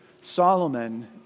Solomon